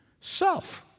Self